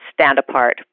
stand-apart